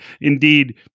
indeed